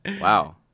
Wow